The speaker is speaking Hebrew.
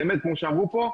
כמו שאמרו פה,